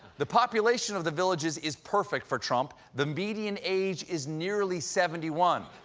the population of the villages is perfect for trump the median age is nearly seventy one.